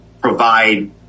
provide